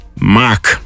Mark